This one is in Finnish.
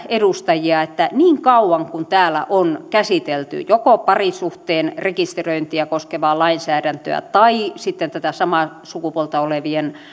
edustajia siitä että niin kauan kuin täällä on käsitelty joko parisuhteen rekisteröintiä koskevaa lainsäädäntöä tai sitten tätä samaa sukupuolta olevien